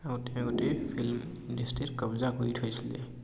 আগতে গোটেই ফিল্ম ইণ্ডাষ্ট্ৰীত কব্জা কৰি থৈছিলে